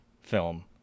film